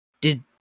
did-